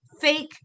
fake